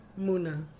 Muna